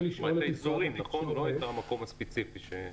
האזורים, לא את המקום הספציפי.